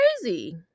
crazy